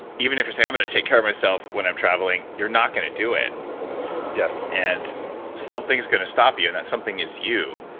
even if you're saying, i'm going and to take care of myself when i'm traveling, you're not going to do it yes and something's going to stop you and that something is you.